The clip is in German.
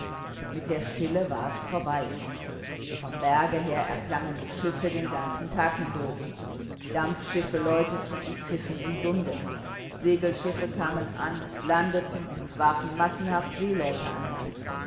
mit der stille war es vorbei vom berge her erklangen die schüsse den ganzen tag hindurch dampfschiffe läuteten und pfiffen im sunde segelschiffe kamen an landeten und warfen massenhaft seeleute an land